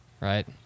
right